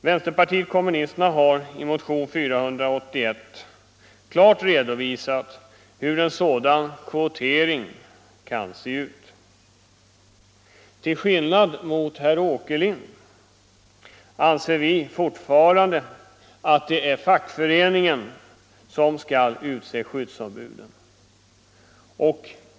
Vänsterbartiet kommunisterna har i motionen 481 klart redovisat hur en sådan kvotering som det här gäller kan se ut. Till skillnad från herr Åkerlind anser vi fortfarande att det är fackföreningen som skall utse skyddsombuden.